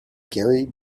gary